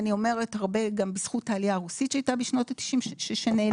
ואני אומרת הרבה גם בזכות העלייה הרוסית שהייתה בשנות ה-90 שנעלמת,